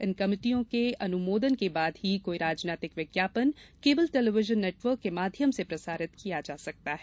इन कमेटियों के अनुमोदन के बाद ही कोई राजनैतिक विज्ञापन केबल टेलीविजन नेटवर्क के माध्यम से प्रसारित किया जा सकता है